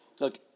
Look